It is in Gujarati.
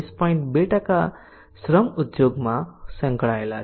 2 શ્રમ ઉદ્યોગમાં સંકળાયેલા છે